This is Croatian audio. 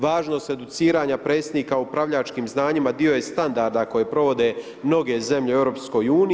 Važnost educiranja predsjednika o upravljačkim znanjima dio je standarda koje provode mnoge zemlje u EU.